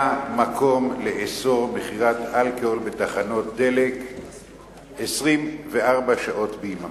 היה מקום לאסור מכירת אלכוהול בתחנות דלק 24 שעות ביממה.